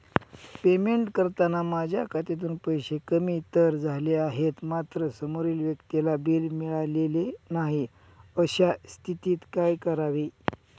Payment करताना माझ्या खात्यातून पैसे कमी तर झाले आहेत मात्र समोरील व्यक्तीला बिल मिळालेले नाही, अशा स्थितीत काय करावे?